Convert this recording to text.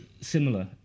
similar